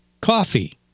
coffee